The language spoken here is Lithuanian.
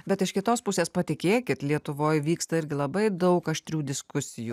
bet iš kitos pusės patikėkit lietuvoj vyksta irgi labai daug aštrių diskusijų